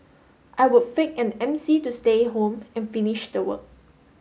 I would fake an MC to stay home and finish the work